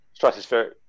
stratospheric